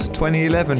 2011